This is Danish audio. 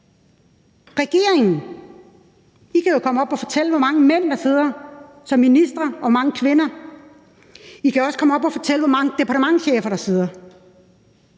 regeringen kan jo komme op og fortælle, hvor mange mænd der sidder som ministre og hvor mange kvinder. I kan også komme op og fortælle, hvor mange departementschefer der sidder: